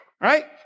Right